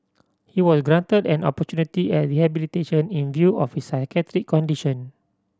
he was granted an opportunity at rehabilitation in view of his psychiatric condition